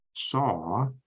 saw